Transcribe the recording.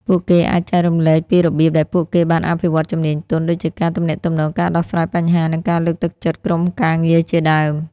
ពួកគេអាចចែករំលែកពីរបៀបដែលពួកគេបានអភិវឌ្ឍជំនាញទន់ ដូចជាការទំនាក់ទំនង ការដោះស្រាយបញ្ហា និងការលើកទឹកចិត្តក្រុមការងារជាដើម។